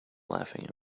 laughing